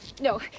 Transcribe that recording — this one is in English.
No